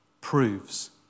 proves